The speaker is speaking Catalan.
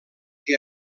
que